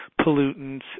pollutants